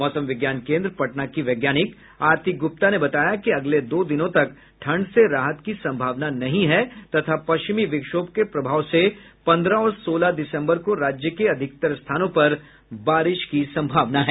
मौसम विज्ञान केन्द्र पटना की वैज्ञानिक आरती गुप्ता ने बताया कि अगले दो दिनों तक ठंड से राहत की संभावना नहीं है तथा पश्चिमी विक्षोभ के प्रभाव से पंद्रह और सोलह दिसम्बर को राज्य के अधिकतर स्थानों पर बारिश की संभावना है